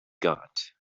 got